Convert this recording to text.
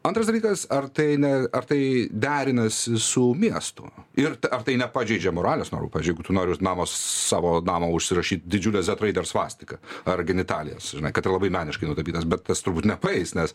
antras dalykas ar tai ne ar tai derinasi su miestu ir ar tai nepažeidžia moralės normų pavyzdžiui jeigu tu nori namo savo namo užsirašyt didžiulę zed raidę ar svastiką ar genitalijas žinai kad ir labai meniškai nutapytas bet tas turbūt nepaeis nes